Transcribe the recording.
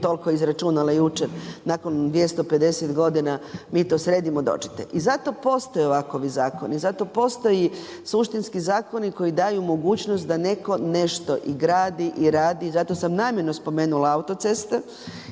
toliko izračunala jučer, nakon 250 godina mi to sredimo dođite. I zato postoje ovakovi zakoni i zato postoje suštinski zakoni koji daju mogućnost da netko nešto i gradi i radi. Zato sam namjerno spomenula autoceste,